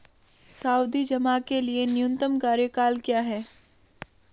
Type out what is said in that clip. सावधि जमा के लिए न्यूनतम कार्यकाल क्या है?